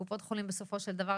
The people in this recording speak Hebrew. קופות החולים בסופו של דבר,